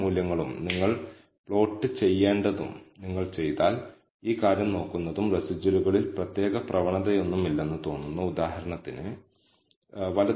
ഉപസംഹരിക്കാൻ ഞാൻ വിളിക്കുന്നത് പര്യാപ്തമല്ല പക്ഷേ ഇത് ഒരു നല്ല സൂചകമാണ് β1 പ്രാധാന്യമുള്ളതല്ലെന്ന് നമ്മൾ നിഗമനം ചെയ്താൽ β1 ന്റെ β പ്രാധാന്യത്തിനായുള്ള പരിശോധനയും നടത്താം